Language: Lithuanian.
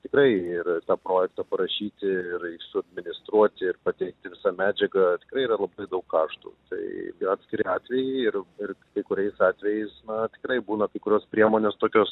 tikrai ir tą projektą parašyti ir jį suadministruoti ir pateikti visą medžiagą tai yra labai daug kaštų tai ir atskiri atvejai ir ir kai kuriais atvejais na tikrai būna kai kurios priemonės tokios